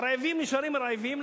הרעבים נשארים רעבים,